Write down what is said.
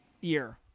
year